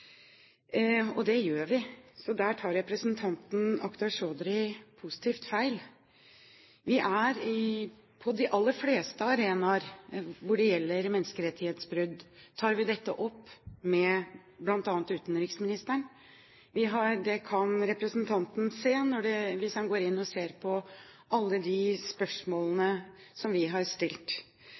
Det gjør vi, så der tar representanten Akhtar Chaudhry positivt feil. Vi er på de aller fleste arenaer når det gjelder menneskerettighetsbrudd. Og vi tar dette opp med bl.a. utenriksministeren. Det kan representanten se hvis han går inn og ser på alle de spørsmålene som vi har stilt.